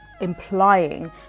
implying